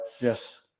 Yes